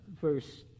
verse